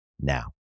now